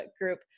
group